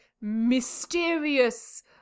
mysterious